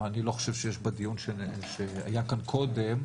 אני לא חושב שיש בדיון שהיה כאן קודם,